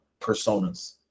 personas